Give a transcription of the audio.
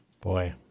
Boy